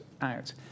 out